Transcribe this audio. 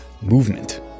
movement